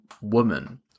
woman